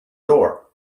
door